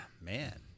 man